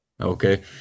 Okay